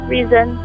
Reason